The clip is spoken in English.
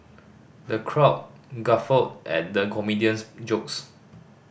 the crowd guffawed at the comedian's jokes